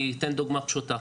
אני אתן דוגמה פשוטה,